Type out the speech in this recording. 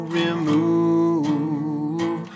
remove